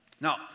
Now